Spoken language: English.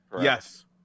Yes